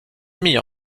demie